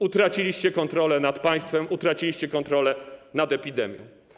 Utraciliście kontrolę nad państwem, utraciliście kontrolę nad epidemią.